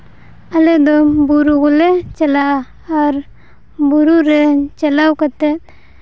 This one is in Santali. ᱟᱞᱮ ᱫᱚ ᱵᱩᱨᱩ ᱠᱚᱞᱮ ᱪᱟᱞᱟᱜᱼᱟ ᱟᱨ ᱵᱩᱨᱩ ᱨᱮ ᱪᱟᱞᱟᱣ ᱠᱟᱛᱮ